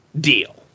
deal